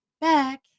back